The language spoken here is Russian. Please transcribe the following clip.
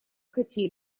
хотели